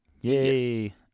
Yay